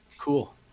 Cool